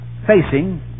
facing